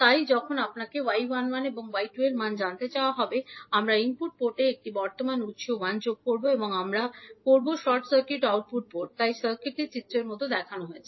তাই যখন আপনাকে 𝐲11 এবং 𝐲21 এর মান জানতে চাওয়া হবে আমরা ইনপুট পোর্টে একটি বর্তমান উত্স 1 সংযোগ করব এবং আমরা করব শর্ট সার্কিট আউটপুট পোর্ট তাই সার্কিটটি চিত্রের মতো দেখানো হবে